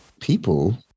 people